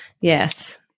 Yes